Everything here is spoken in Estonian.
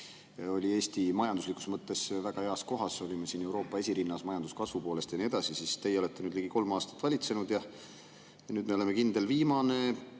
oli Eesti majanduslikus mõttes väga heas kohas, olime Euroopa esirinnas majanduskasvu poolest ja nii edasi, siis teie olete nüüd ligi kolm aastat valitsenud ja nüüd me oleme kindel viimane.